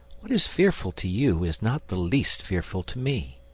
what is fearful to you is not the least fearful to me.